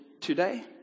today